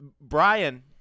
Brian